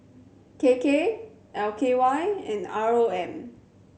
K K L K Y and R O M